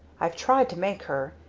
i've tried to make her.